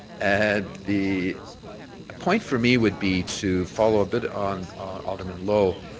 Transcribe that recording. and the point for me would be to follow a bit on alderman lowe.